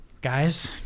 Guys